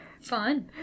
Fun